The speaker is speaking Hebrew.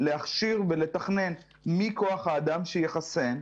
להכשיר ולתכנן מי כוח האדם שיחסן.